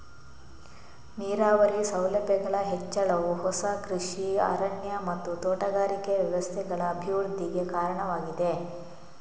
ನೀರಾವರಿ ಸೌಲಭ್ಯಗಳ ಹೆಚ್ಚಳವು ಹೊಸ ಕೃಷಿ ಅರಣ್ಯ ಮತ್ತು ತೋಟಗಾರಿಕೆ ವ್ಯವಸ್ಥೆಗಳ ಅಭಿವೃದ್ಧಿಗೆ ಕಾರಣವಾಗಿದೆ